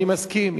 אני מסכים,